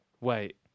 Wait